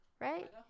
Right